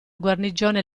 guarnigione